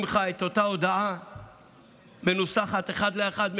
לך את אותה הודעה מנוסחת אחת לאחת,